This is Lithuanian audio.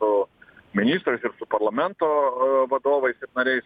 su ministrais su parlamento vadovais ir nariais